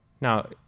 now